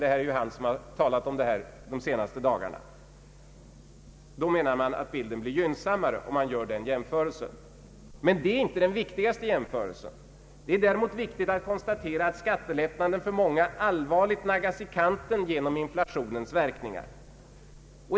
Det är ju herr Feldt som har talat om detta de senaste dagarna. — Då blir bilden gynnsammare, menar man. Det är inte den viktigaste jämförelsen. Det är däremot viktigt att konstatera att skattelättnaden för många allvarligt naggas i kanten genom inflationens verkningar.